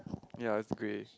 ya is grey